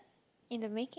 in the making